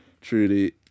truly